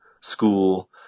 school